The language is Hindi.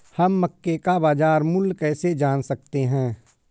हम मक्के का बाजार मूल्य कैसे जान सकते हैं?